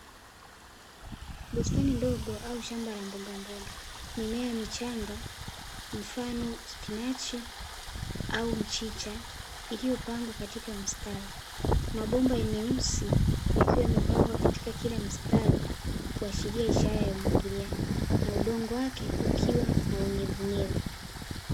Bustani ndogo au shamba la mbogamboga mimea michanga mfano spinachi au mchicha, iliyopangwa katika mstari mabomba meusi yakiwa yamepangwa katika kila mstari, kuashiria ishara ya umwagiliaji na udongo wake ukiwa na unyevunyevu.